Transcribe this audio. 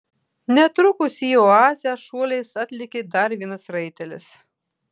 netrukus į oazę šuoliais atlėkė dar vienas raitelis